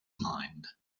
mind